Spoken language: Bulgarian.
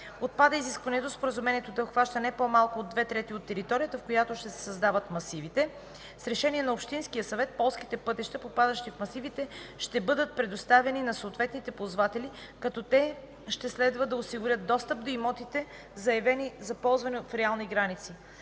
Отпада изискването споразумението да обхваща не по-малко от две трети от територията, в която ще се създават масивите. С решение на общинския съвет полските пътища, попадащи в масивите, ще бъдат предоставяни на съответните ползватели, като те ще следва да осигурят достъп до имотите, заявени за ползване в реални граници.